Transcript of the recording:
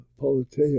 politeia